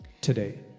today